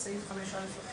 אתה מתייחס לסעיף 5א לחוק?